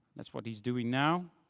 that's what he's doing now.